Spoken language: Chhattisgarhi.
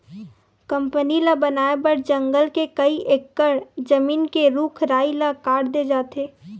कंपनी ल बनाए बर जंगल के कइ एकड़ जमीन के रूख राई ल काट दे जाथे